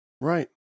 Right